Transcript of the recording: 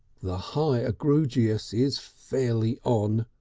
the high egrugious is fairly on,